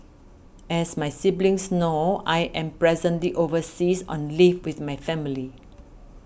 as my siblings know I am presently overseas on leave with my family